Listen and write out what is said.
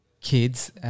kids